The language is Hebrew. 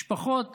משפחות